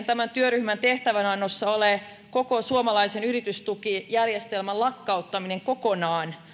tämän työryhmän tehtävänannossa ole koko suomalaisen yritystukijärjestelmän lakkauttaminen kokonaan